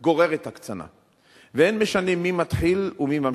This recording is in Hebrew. גוררת הקצנה, ואין משנה מי מתחיל ומי ממשיך.